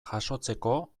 jasotzeko